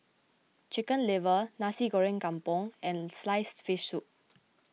Chicken Liver Nasi Goreng Kampung and Sliced Fish Soup